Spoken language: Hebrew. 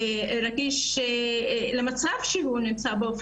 רגיש למצב שהיא נמצאת בו,